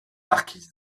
marquise